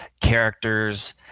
characters